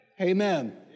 Amen